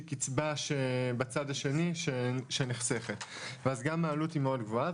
קיצבה בצד השני שנחסכת ואז גם העלות היא מאוד גבוהה,